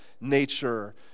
nature